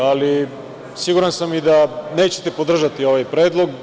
Ali, siguran sam i da nećete podržati ovaj predlog.